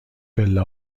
پله